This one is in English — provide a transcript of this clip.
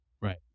Right